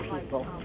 people